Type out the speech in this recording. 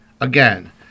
again